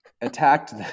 attacked